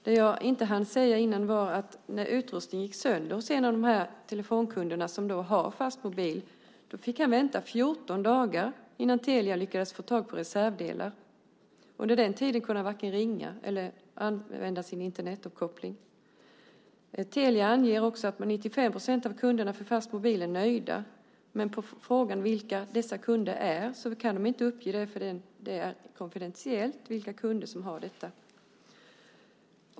Det jag inte hann säga tidigare var att när utrustningen gick sönder hos en av de telefonkunder som då har Fastmobil fick han vänta i 14 dagar innan Telia lyckades få tag på reservdelar. Under den tiden kunde han varken ringa eller använda Internet. Telia anger också att 95 % av kunderna som har Fastmobil är nöjda. Men vilka dessa kunder är kan de inte uppge eftersom det är konfidentiellt vilka kunder som har detta.